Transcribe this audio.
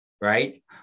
Right